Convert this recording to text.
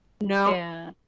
No